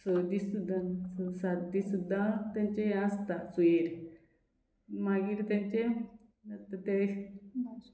स दीस सुद्दां सात दीस सुद्दां तेंचे आसता सुयेर मागीर तेंचे ते